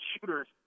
shooters